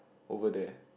over there